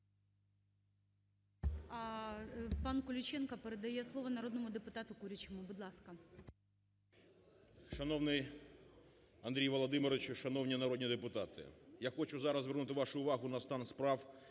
Пан Куліченко передає слово народному депутату Курячому, будь ласка. 12:10:08 КУРЯЧИЙ М.П. Шановний Андрію Володимировичу, шановні народні депутати! Я хочу зараз звернути вашу увагу на стан справ